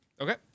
Okay